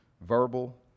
verbal